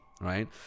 right